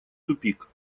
тупик